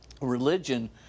religion